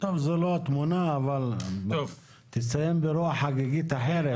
זה לא התמונה, אבל, תסיים ברוח חגיגית אחרת.